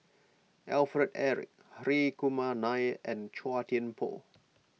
Alfred Eric Hri Kumar Nair and Chua Thian Poh